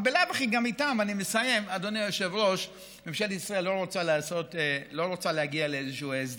אבל בלאו הכי גם איתם ממשלת ישראל לא רוצה להגיע להסדר.